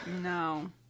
no